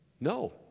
No